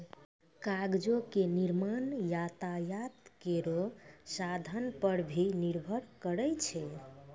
कागजो क निर्माण यातायात केरो साधन पर भी निर्भर करै छै